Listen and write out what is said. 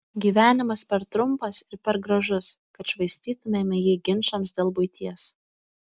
gyvenimas per trumpas ir per gražus kad švaistytumėme jį ginčams dėl buities